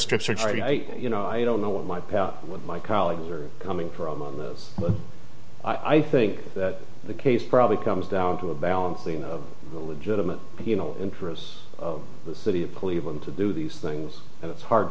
strip search right you know i don't know what my path with my colleagues are coming from on this but i think that the case probably comes down to a balancing of the legitimate penal interests of the city of cleveland to do these things and it's hard